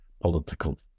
political